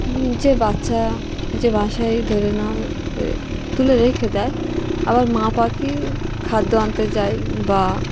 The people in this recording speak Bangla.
যে বাচ্চা যে বাসায় ধরে নাও তুলে রেখে দেয় আবার মা পাখি খাদ্য আনতে যায় বা